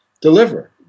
deliver